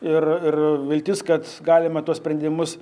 ir ir viltis kad galima tuos sprendimus